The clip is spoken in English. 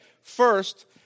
First